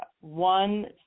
One